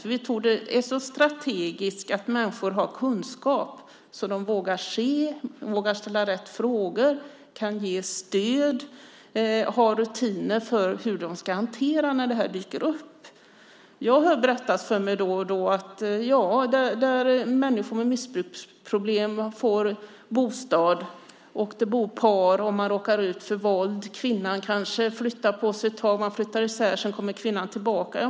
För vi tror att det är strategiskt att människor har kunskap så de vågar se, vågar ställa rätt frågor, kan ge stöd och har rutiner för hur de ska hantera det när det här dyker upp. Jag hör berättas för mig då och då att där människor med missbruksproblem får bostad bor det par och man råkar ut för våld. Kvinnan kanske flyttar på sig ett tag. Man flyttar isär. Sedan kommer kvinnan tillbaka.